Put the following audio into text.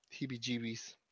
heebie-jeebies